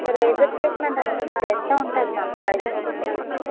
అంటే laser treatment అంటున్నారు ఎంత ఉంటుంది మ్యామ్ ప్రైజ్ ఎంత ఉంటుంది